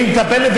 היא מטפלת,